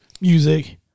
music